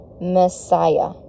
Messiah